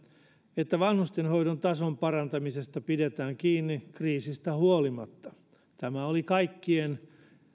että vanhustenhoidon tason parantamisesta pidetään kiinni kriisistä huolimatta tämä oli kaikkien